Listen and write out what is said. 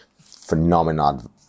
phenomenal